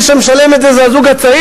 מי שמשלם את זה זה הזוג הצעיר.